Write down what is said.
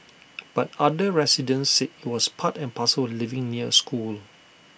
but other residents said IT was part and parcel of living near A school